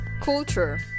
Culture